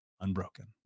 unbroken